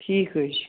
ٹھیٖک حظ چھُ